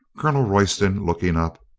colonel royston, looking up,